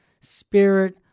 spirit